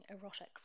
erotic